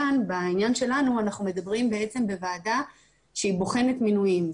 כאן בעניין שלנו אנחנו מדברים בוועדה שהיא בוחנת מינויים,